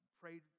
prayed